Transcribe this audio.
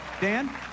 Dan